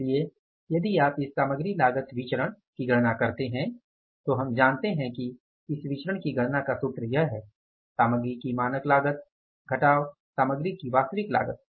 इसलिए यदि आप इस सामग्री लागत विचरण की गणना करते हैं तो हम जानते हैं कि इस विचरण की गणना का सूत्र यह है सामग्री की मानक लागत है सामग्री की वास्तविक लागत